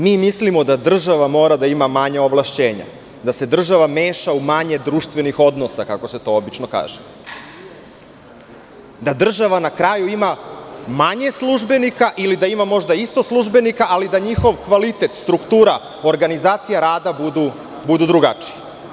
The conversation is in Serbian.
Mislimo da država mora da ima manja ovlašćenja, da se država meša u manje društvenih odnosa, kako se to obično kaže, da država na kraju ima manje službenika, ili da ima možda isto službenika, ali da njihov kvalitet, struktura, organizacija rada budu drugačiji.